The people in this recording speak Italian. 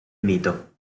mito